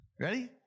Ready